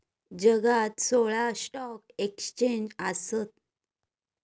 जगात सोळा stock exchange आसत